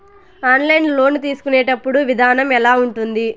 online loan తీసుకునేటప్పుడు విధానం ఎలా ఉంటుంది